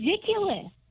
ridiculous